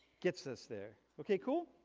gets us there. okay, cool?